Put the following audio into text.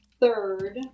third